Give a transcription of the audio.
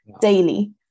daily